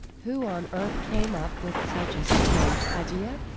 who on earth came up with such a strange idea!